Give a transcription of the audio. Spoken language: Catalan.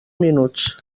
minuts